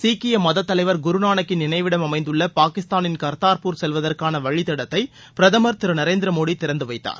சீக்கிய மதத் தலைவர் குருநானக்கின் நினைவிடம் அமைந்துள்ள பாகிஸ்தானின் கர்தாபூர் செல்வதற்கான வழித்தடத்தை பிரதமர் திரு நரேந்திர மோடி திறந்து வைத்தார்